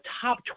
top